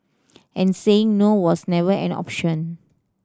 and saying no was never an option